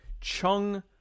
Chung